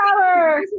power